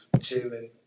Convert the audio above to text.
chilling